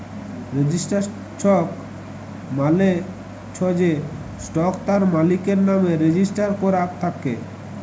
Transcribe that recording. registered stock মালে চ্ছ যে স্টক তার মালিকের লামে রেজিস্টার করাক থাক্যে